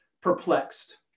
perplexed